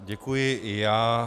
Děkuji i já.